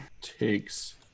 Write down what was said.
takes